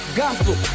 gospel